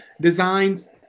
designs